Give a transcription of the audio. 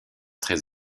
très